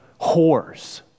whores